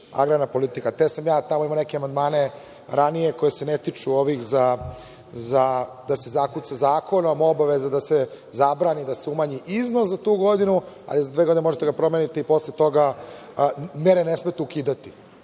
agrarna politika. Ja sam imao tamo neke amandmane ranije koji se ne tiču ovih da se zakuca zakonom obaveza da se zabrani, da se umanji iznos za tu godinu, a vi za dve godine možete da ga promenite i posle toga mere ne smete ukidati,